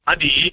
Adi